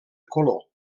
color